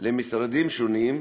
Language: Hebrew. למשרדים שונים,